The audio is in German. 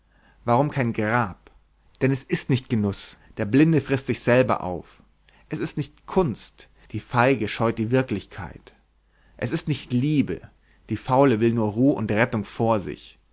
warum kein grab denn es ist nicht genuß der blinde frißt sich selber auf es ist nicht kunst die feige scheut die wirklichkeit es ist nicht liebe die faule will nur ruh und rettung vor sich